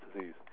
disease